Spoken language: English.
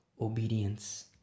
Obedience